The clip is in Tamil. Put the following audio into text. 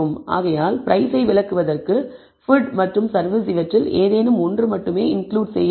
ஆகையால் பிரைஸை விளக்குவதற்கு ஃபுட் அல்லது சர்வீஸ் இவற்றில் ஏதேனும் ஒன்று மட்டுமே இன்கிளுட் செய்ய வேண்டும்